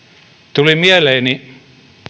tuli mieleeni